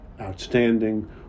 outstanding